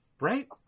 Right